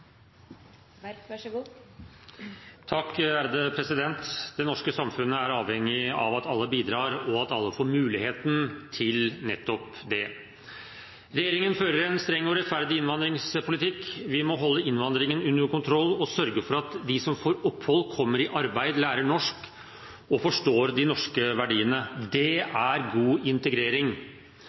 50. Så støtter vi heller ikke forslag til vedtak IX. Det norske samfunnet er avhengig av at alle bidrar, og at alle får muligheten til nettopp det. Regjeringen fører en streng og rettferdig innvandringspolitikk. Vi må holde innvandringen under kontroll og sørge for at de som får opphold, kommer i arbeid, lærer norsk og forstår de norske verdiene. Det er god integrering.